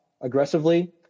aggressively